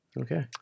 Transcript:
Okay